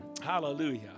hallelujah